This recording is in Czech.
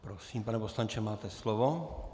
Prosím, pane poslanče, máte slovo.